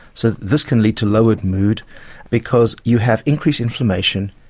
so this can lead to lowered mood because you have increased inflammation,